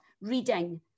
Reading